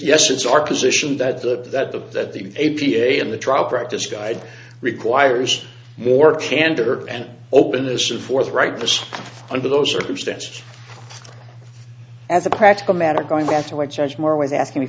yes it's our position that the that the that the a p a and the trial practice guide requires more candor and openness of forthrightness under those circumstances as a practical matter going back to what charge more was asking